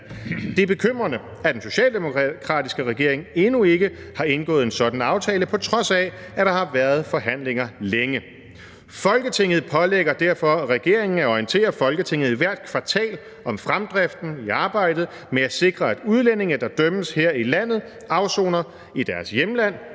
Det er bekymrende, at den socialdemokratiske regering endnu ikke har indgået en sådan aftale, på trods af at der har været forhandlinger længe. Folketinget pålægger derfor regeringen at orientere Folketinget hvert kvartal om fremdriften i arbejdet med at sikre, at udlændinge, der dømmes her i landet, afsoner i deres hjemland